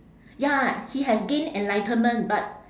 ya he has gain enlightenment but